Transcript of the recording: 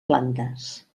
plantes